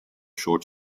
short